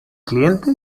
cliente